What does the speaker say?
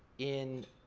in